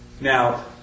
Now